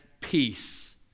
peace